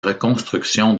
reconstruction